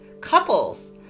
couples